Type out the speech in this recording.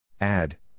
Add